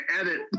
edit